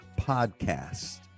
podcast